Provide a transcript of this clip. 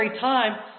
time